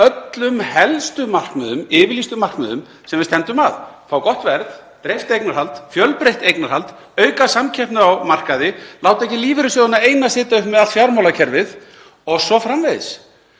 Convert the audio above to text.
öllum helstu markmiðum, yfirlýstum markmiðum sem við stefndum að; að fá gott verð, dreift eignarhald, fjölbreytt eignarhald, auka samkeppni á markaði, láta ekki lífeyrissjóðina eina sitja uppi með allt fjármálakerfið o.s.frv.